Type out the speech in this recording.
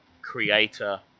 creator